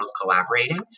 collaborating